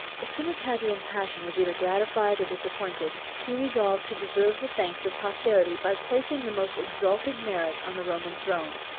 as soon as hadrian's passion was either gratified or disappointed, he resolved to deserve the thanks of posterity, by placing the most exalted merit on the roman throne.